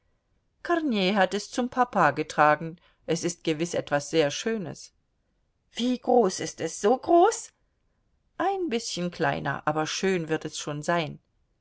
kornei hat es zum papa getragen es ist gewiß etwas sehr schönes wie groß ist es so groß ein bißchen kleiner aber schön wird es schon sein